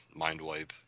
Mindwipe